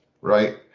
right